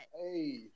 Hey